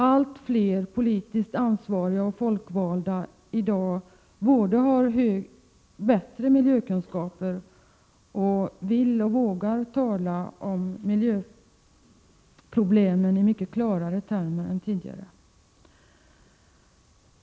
Allt fler politiskt ansvariga och folkvalda har i dag bättre 6 juni 1988 miljökunskaper och vill och vågar tala om miljöproblemen i mycket klarare termer än tidigare.